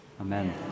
Amen